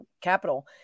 capital